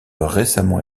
récemment